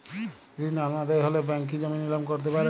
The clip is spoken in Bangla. ঋণ অনাদায়ি হলে ব্যাঙ্ক কি জমি নিলাম করতে পারে?